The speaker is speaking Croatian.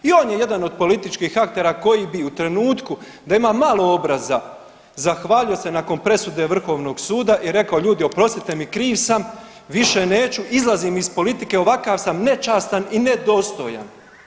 I on je jedan od političkih aktera koji bi u trenutku da ima malo obraza zahvalio se nakon presude Vrhovnog suda i rekao ljudi oprostite mi, kriv sam, više neću, izlazim iz politike, ovakav sam nečastan i nedostojan.